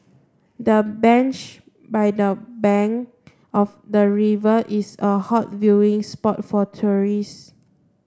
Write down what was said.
the bench by the bank of the river is a hot viewing spot for tourists